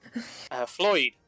Floyd